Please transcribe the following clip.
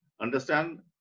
Understand